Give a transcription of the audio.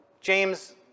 James